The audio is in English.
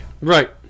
Right